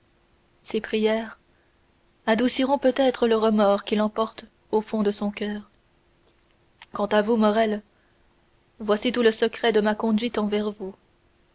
ces prières adouciront peut-être le remords qu'il emporte au fond de son coeur quant à vous morrel voici tout le secret de ma conduite envers vous